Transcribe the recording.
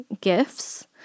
gifts